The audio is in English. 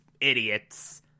idiots